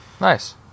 Nice